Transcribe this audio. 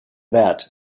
werd